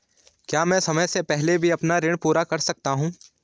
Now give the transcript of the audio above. क्या मैं समय से पहले भी अपना ऋण पूरा कर सकता हूँ?